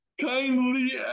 kindly